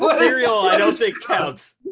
ah cereal i don't think counts.